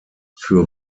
für